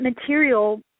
material